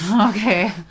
okay